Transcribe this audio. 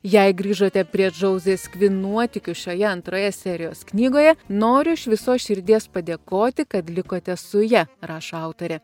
jei grįžote prie džauzės kvin nuotykių šioje antroje serijos knygoje noriu iš visos širdies padėkoti kad likote su ja rašo autorė